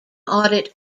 audit